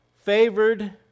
favored